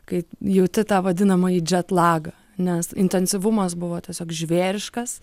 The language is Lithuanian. kai jauti tą vadinamąjį džetlagą nes intensyvumas buvo tiesiog žvėriškas